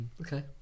Okay